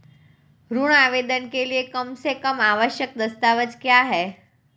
ऋण आवेदन के लिए कम से कम आवश्यक दस्तावेज़ क्या हैं?